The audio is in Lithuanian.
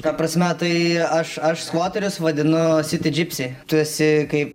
ta prasme tai aš aš skvoterius vadinu sitidžipsi tu esi kaip